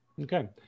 okay